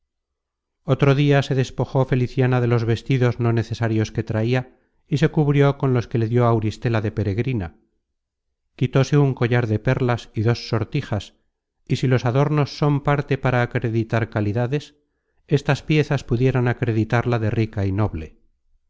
otro dia se despojó feliciana de los vestidos no necesarios que traia y se cubrió con los que le dió auristela de peregrina quitóse un collar de perlas y dos sortijas y si los adornos son parte para acreditar calidades estas piezas pudieran acreditarla de rica y noble